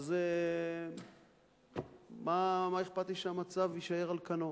אז מה אכפת לי שהמצב יישאר על כנו?